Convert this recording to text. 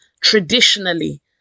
Traditionally